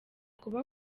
kuba